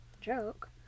Joke